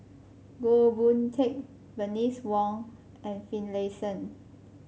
Goh Boon Teck Bernice Wong and Finlayson